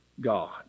God